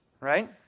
right